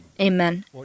Amen